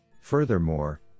Furthermore